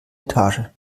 etage